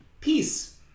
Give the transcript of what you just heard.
Peace